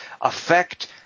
affect